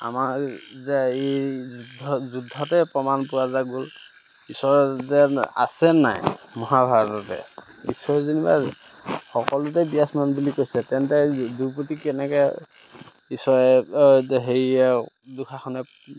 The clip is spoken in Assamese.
আমাৰ যে এই যুদ্ধ যুদ্ধতে প্ৰমাণ পোৱা যায় গ'ল ঈশ্বৰ যেন আছেনে নাই মহাভাৰততে ঈশ্বৰ যেনিবা সকলোতে বিৰাজমান বুলি কৈছে তেন্তে দুৰ্গতি কেনেকৈ ঈশ্বৰে অ' হেৰিয়ে দুঃশাসনে